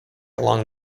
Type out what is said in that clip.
along